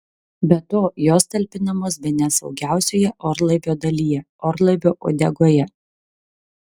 be to jos talpinamos bene saugiausioje orlaivio dalyje orlaivio uodegoje